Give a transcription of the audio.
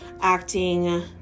acting